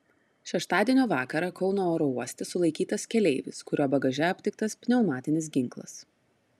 šeštadienio vakarą kauno oro uoste sulaikytas keleivis kurio bagaže aptiktas pneumatinis ginklas